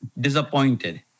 disappointed